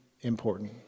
important